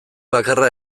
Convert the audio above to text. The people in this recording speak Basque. bakarra